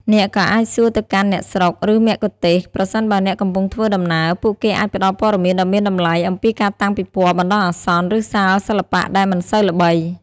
អ្នកក៏អាចសួរទៅកាន់អ្នកស្រុក ឬមគ្គុទ្ទេសក៍ ប្រសិនបើអ្នកកំពុងធ្វើដំណើរ ពួកគេអាចផ្តល់ព័ត៌មានដ៏មានតម្លៃអំពីការតាំងពិពណ៌បណ្តោះអាសន្ន ឬសាលសិល្បៈដែលមិនសូវល្បី។